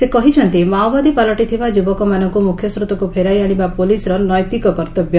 ସେ କହିଛନ୍ତି ମାଓବାଦୀ ପାଲଟିଥିବା ଯୁବକମାନଙ୍କୁ ମୁଖ୍ୟସ୍ରୋତକୁ ଫେରାଇ ଆଶିବା ପୋଲିସ୍ର ନୈତିକ କର୍ତ୍ତବ୍ୟ